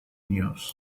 news